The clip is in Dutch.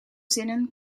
zinnen